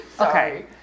Okay